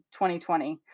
2020